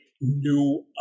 new